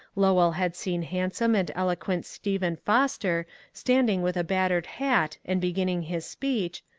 lowell had seen handsome and eloquent stephen foster standing with a battered hat and beginning his speech,